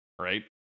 right